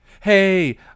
Hey